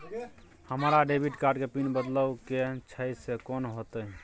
हमरा debit card के PIN बदलवा के छै से कोन होतै?